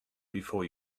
before